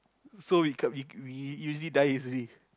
so we can't we we usually die easily